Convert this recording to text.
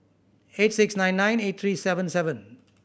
eight six nine nine eight three seven seven